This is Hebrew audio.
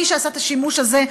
מי שעשה את השימוש הזה,